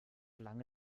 lange